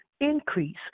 increase